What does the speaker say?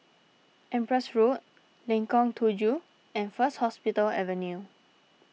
Empress Road Lengkong Tujuh and First Hospital Avenue